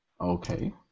Okay